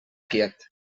quiet